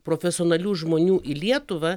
profesionalių žmonių į lietuvą